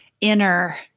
inner